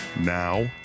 now